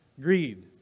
greed